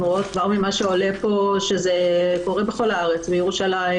ממה שעולה פה שזה קורה בכל הארץ ירושלים,